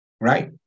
right